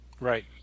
right